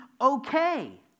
okay